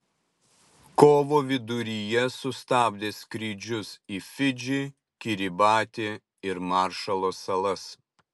kovo viduryje sustabdė skrydžius į fidžį kiribatį ir maršalo salas